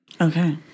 Okay